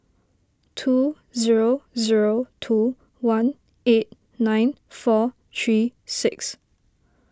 two zero zero two one eight nine four three six